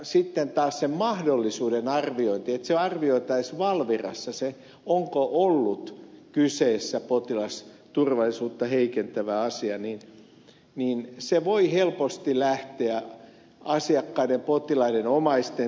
sitten taas sen mahdollisuuden arviointi että se arvioitaisiin valvirassa onko ollut kyseessä potilasturvallisuutta heikentävä asia voi helposti lähteä asiakkaiden potilaiden omaisten näkökulmasta liikkeelle